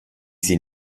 sie